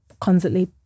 constantly